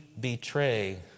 betray